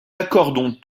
accordons